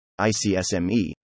ICSME